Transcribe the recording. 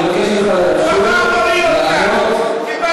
כי לא הייתה לו תשובה.